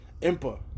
Impa